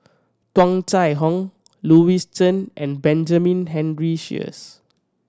Tung Chye Hong Louis Chen and Benjamin Henry Sheares